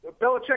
Belichick